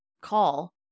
call